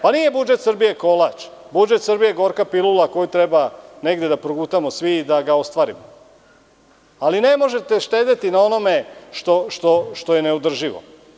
Pa nije budžet Srbije kolač, budžet Srbije je gorka pilula koju negde treba da progutamo svi i da ga ostvarimo, ali ne možete štedeti na onome što je neodrživo.